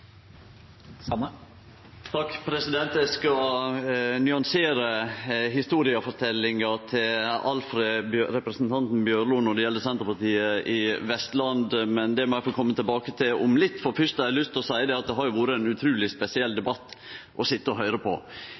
gjeld Senterpartiet i Vestland, men det må eg få kome tilbake til om litt, for fyrst har eg lyst til å seie at det har vore ein utruleg spesiell debatt å sitje og høyre på.